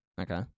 Okay